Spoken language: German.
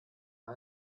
bei